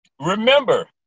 remember